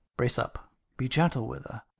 brace up be gentle with her.